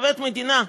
בעובד מדינה,